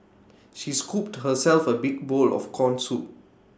she scooped herself A big bowl of Corn Soup